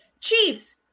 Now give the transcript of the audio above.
Chiefs